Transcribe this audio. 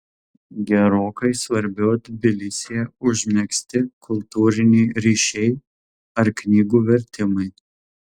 gerokai svarbiau tbilisyje užmegzti kultūriniai ryšiai ar knygų vertimai